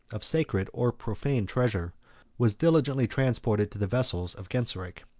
of sacred or profane treasure was diligently transported to the vessels of genseric.